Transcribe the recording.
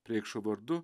preikšo vardu